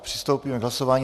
Přistoupíme k hlasování.